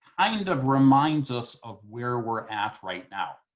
kind of reminds us of where we're at right now,